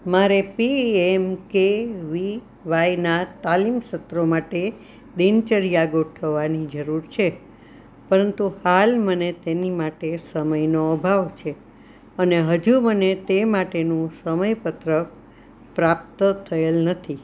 મારે P M K V વાયના તાલીમ ક્ષેત્રો માટે દિનચર્યા ગોઠવવાની જરૂર છે પરંતુ હાલ મને તેની માટે સમયનો અભાવ છે અને હજુ મને તે માટેનું સમયપત્રક પ્રાપ્ત થયેલ નથી